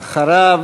אחריו